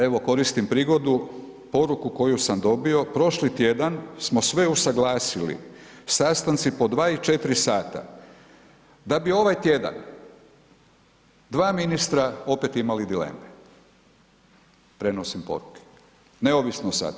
Evo korisnim prigodu, poruku koju sam dobio prošli tjedan smo sve usuglasili, sastanci po dva i četiri sata, da bi ovaj tjedan dva ministra opet imali dileme, prenosim poruke, neovisno sad.